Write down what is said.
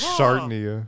Shartnia